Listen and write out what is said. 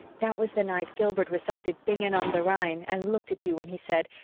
that was the night gilbert recited bingen on the rhine and looked at you when he said,